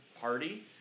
party